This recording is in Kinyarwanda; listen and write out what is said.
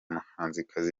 muhanzikazi